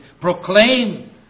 proclaim